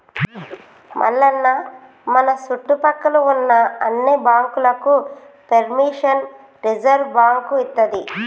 మల్లన్న మన సుట్టుపక్కల ఉన్న అన్ని బాంకులకు పెర్మిషన్ రిజర్వ్ బాంకు ఇత్తది